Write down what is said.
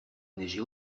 neiger